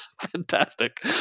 Fantastic